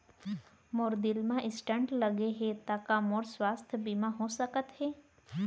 मोर दिल मा स्टन्ट लगे हे ता का मोर स्वास्थ बीमा हो सकत हे?